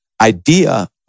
idea